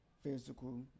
physical